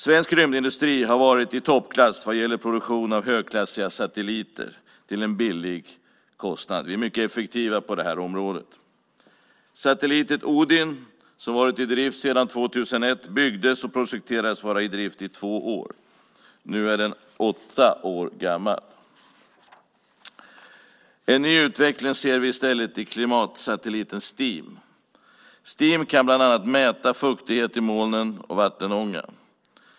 Svensk rymdindustri har varit i toppklass vad gäller produktion av högklassiga satelliter till en billig kostnad. Vi är mycket effektiva på det här området. Satelliten Odin, som varit i drift sedan 2001, byggdes och projekterades att vara i drift i två år. Nu är den åtta år gammal. En ny utveckling ser vi i stället i klimatsatelliten Steam. Steam kan bland annat mäta fuktighet i molnen och vattenånga.